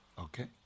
Okay